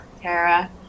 tara